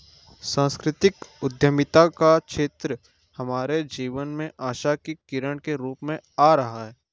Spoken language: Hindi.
सांस्कृतिक उद्यमिता का क्षेत्र हमारे जीवन में आशा की किरण के रूप में आ रहा है